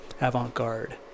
avant-garde